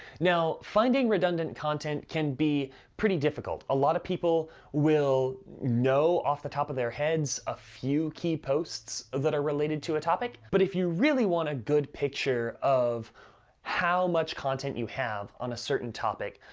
now, finding redundant content can be pretty difficult. a lot of people will know, off the top of their heads, a few key posts that are related to a topic, but if you really want a good picture of how much content you have on a certain topic,